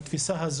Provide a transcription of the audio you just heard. בבקשה.